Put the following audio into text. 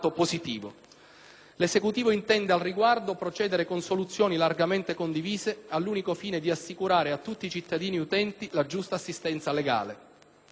L'Esecutivo intende al riguardo procedere con soluzioni largamente condivise all'unico fine di assicurare a tutti i cittadini utenti la giusta assistenza legale.